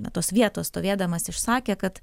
na tos vietos stovėdamas išsakė kad